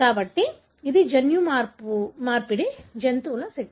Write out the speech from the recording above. కాబట్టి ఇది జన్యుమార్పిడి జంతువుల శక్తి